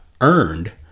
earned